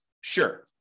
Sure